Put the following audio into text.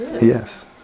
Yes